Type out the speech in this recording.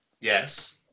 Yes